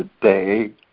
today